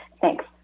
thanks